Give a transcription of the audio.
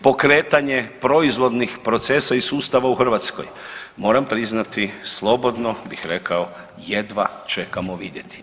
Pokretanje proizvodnih procesa i sustava u Hrvatskoj, moram priznati slobodno bih rekao jedva čekamo vidjeti.